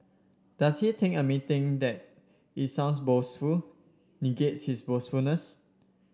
does he think admitting that it sounds boastful negates his boastfulness